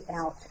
out